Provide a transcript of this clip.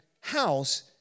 house